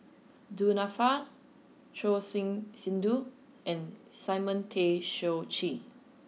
Du Nanfa Choor Singh Sidhu and Simon Tay Seong Chee